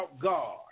God